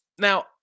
Now